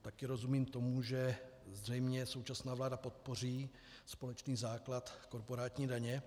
Také rozumím tomu, že zřejmě současná vláda podpoří společný základ korporátní daně.